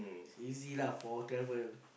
easy lah for travel